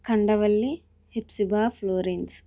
Kandavalli Hepsiba porins